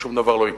שום דבר לא יקרה.